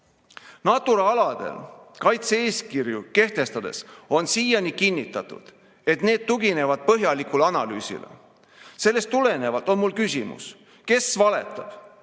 Natura aladel kaitse-eeskirju kehtestades on siiani kinnitatud, et need tuginevad põhjalikule analüüsile. Sellest tulenevalt on mul küsimus: kes valetab?